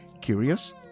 Curious